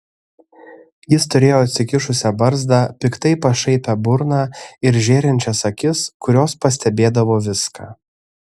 jis turėjo atsikišusią barzdą piktai pašaipią burną ir žėrinčias akis kurios pastebėdavo viską